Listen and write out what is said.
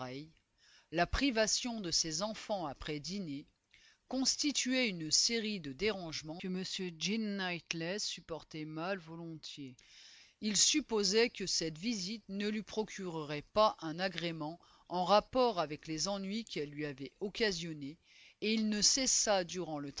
la privation de ses enfants après dîner constituaient une série de dérangements que m jean knightley supportait mal volontiers il supposait que cette visite ne lui procurerait pas un agrément en rapport avec les ennuis qu'elle lui avait occasionnés et il ne cessa durant le